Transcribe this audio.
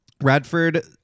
Radford